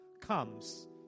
comes